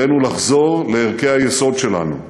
עלינו לחזור לערכי היסוד שלנו,